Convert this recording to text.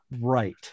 right